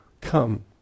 come